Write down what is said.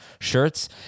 shirts